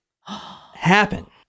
happen